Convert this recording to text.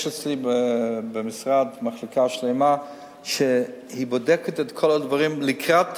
יש אצלי במשרד מחלקה שלמה שבודקת את כל הדברים לקראת